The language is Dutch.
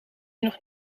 nog